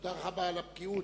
תודה רבה על הבקיאות,